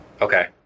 Okay